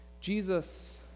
Jesus